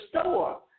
store